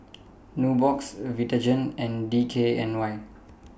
Nubox Vitagen and D K N Y